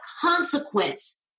consequence